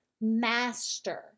master